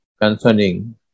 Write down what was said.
concerning